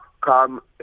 come